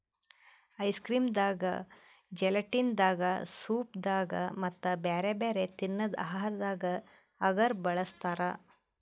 ice cream ದಾಗಾ gelatin ದಾಗಾ soup ದಾಗಾ ಮತ್ತ್ ಬ್ಯಾರೆ ಬ್ಯಾರೆ ತಿನ್ನದ್ ಆಹಾರದಾಗ ಅಗರ್ ಬಳಸ್ತಾರಾ